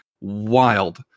wild